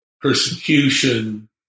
persecution